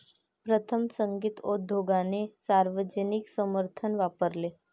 प्रथम, संगीत उद्योगाने सार्वजनिक समर्थन वापरले